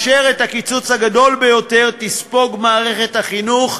ואת הקיצוץ הגדול ביותר תספוג מערכת החינוך,